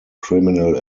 criminal